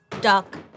duck